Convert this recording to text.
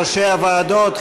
ראשי הוועדות,